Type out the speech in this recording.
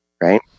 right